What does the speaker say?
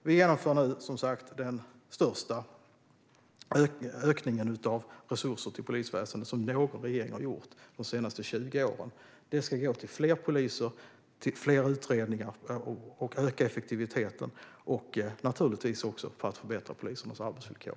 Vi genomför nu som sagt den största ökningen av resurser till polisväsendet som någon regering har gjort de senaste 20 åren. Det ska gå till fler poliser, till fler utredningar, till att öka effektiviteten och naturligtvis också till att förbättra polisernas arbetsvillkor.